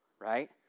right